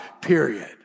period